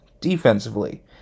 defensively